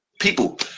people